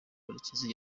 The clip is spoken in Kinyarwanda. murekezi